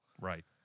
Right